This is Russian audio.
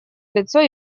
лицо